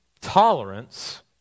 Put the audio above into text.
tolerance